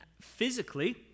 physically